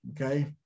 okay